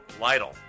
lytle